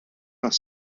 nach